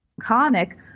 Comic